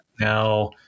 Now